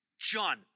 John